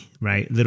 right